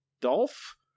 Dolph